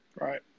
Right